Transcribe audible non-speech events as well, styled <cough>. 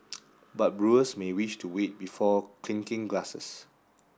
<noise> but brewers may wish to wait before clinking glasses